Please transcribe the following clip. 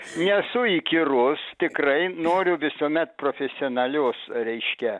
nesu įkyrus tikrai noriu visuomet profesionalios reiškia